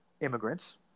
immigrants